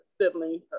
sibling